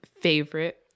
favorite